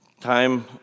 time